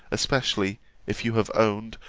especially if you have owned,